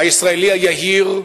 הישראלי היהיר,